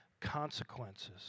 consequences